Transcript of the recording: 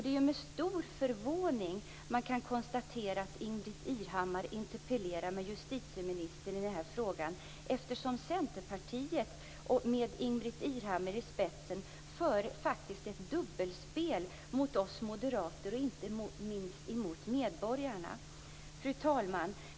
Det är med stor förvåning man kan konstatera att Inbritt Irhammar interpellerar med justitieministern i den här frågan, eftersom Centerpartiet med Ingbritt Irhammar i spetsen faktiskt för ett dubbelspel gentemot oss moderater och inte minst mot medborgarna. Fru talman!